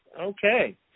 Okay